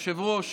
היושב-ראש,